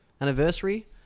anniversary